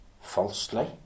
falsely